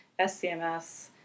SCMS